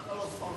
מי קרא לו סמרטוט?